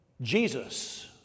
Jesus